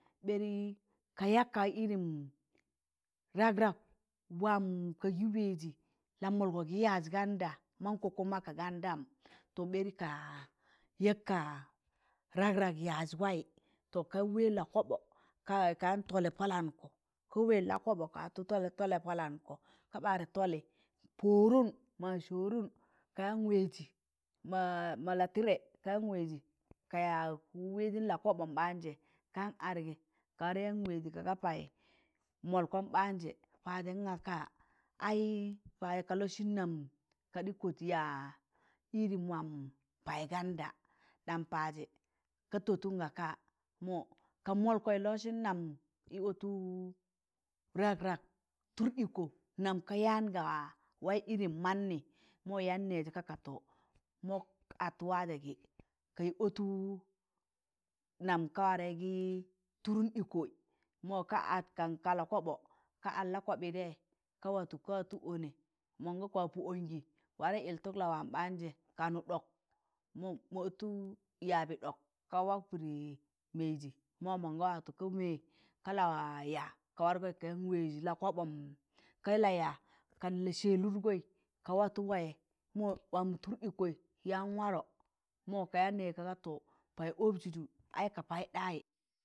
ɓari ka yak ka irin rag rag waam kagị wẹẹjị lamọlgọ gị yaaj ganda mankọ kuma ka ganadam to ɓeri ka yaakka rag rag yaaj waị to ka wẹla koɓo ka ad kagan tollẹ pọ landgọ ka wẹẹd la koɓo ka watụ tọllẹ pọ landgọ. Ka ɓaadẹ tọllị pụụdụm ma sọọrụn ka yaan wẹẹjị mọ la tịdẹ ka yaan wẹẹjị ka yaag wẹẹjịn la koɓon ɓaan jẹ ka yaan adgị ka warẹ yaan wẹẹjị kaga paajẹ mọlgọm baanjẹ paajẹ naka? ai paajị kalọsịn nam kada kọt yaaj irin waam paaj ganda. Ɗam paajẹ ka tọtụn naka? mọ ka mọlgọị lọsịn nam yị atụg rag rag tụr ịkọ nam ka yaan ga wai irin manni mo yaan nẹẹj ga ka to mọg at waajẹ gị kayị ọtụg nam ka warẹ gịrụn ịkọ ma ka ad kan ka la koɓo ka atụ ka watụ ọnị monga kwapọ ọngị ware ịlltụg lawaam ɓaanjẹ ka nụ ɗọl ma mọ ọtụk yaabị ɗọk ka wak pịd mẹịjị, mo monga watụ ka mẹẹ, ka la waa yaa ka watụ yaan wẹẹị la koɓon ka la ya, kan la sẹẹlụdgọị ka watụ wayị mọ waamọ tụr ịkọị yaan warọ mọ kọ yaan nẹẹ ka ga to paaị ọbjụ ju aị ka pai ɗaayị.